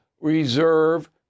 reserve